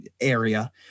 area